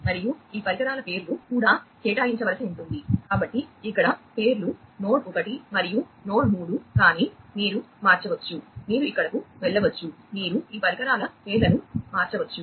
మరియు ఈ పరికరాల పేర్లు కూడా కేటాయించవలసి ఉంటుంది కాబట్టి ఇక్కడ పేర్లు నోడ్ 1 మరియు నోడ్ 3 కానీ మీరు మార్చవచ్చు మీరు ఇక్కడకు వెళ్లవచ్చు మీరు ఈ పరికరాల పేర్లను మార్చవచ్చు